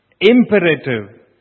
imperative